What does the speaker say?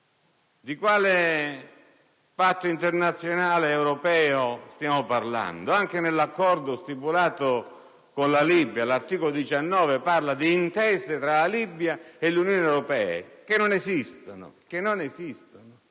Di quale Patto internazionale europeo stiamo parlando? Anche l'Accordo stipulato con la Libia, all'articolo 19, parla di intese tra la Libia e l'Unione europea che non esistono. Non esistono